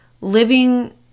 living